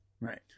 Right